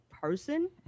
person